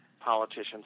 politicians